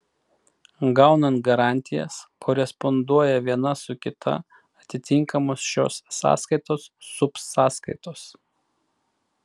gaunant garantijas koresponduoja viena su kita atitinkamos šios sąskaitos subsąskaitos